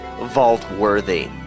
vault-worthy